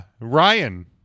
ryan